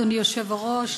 אדוני היושב-ראש,